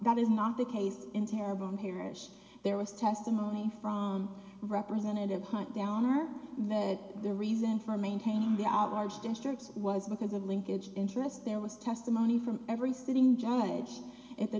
that is not the case in terrible i'm here and there was testimony from representative hunt down or that the reason for maintaining the out large districts was because of linkage interest there was testimony from every sitting john in the